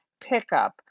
pickup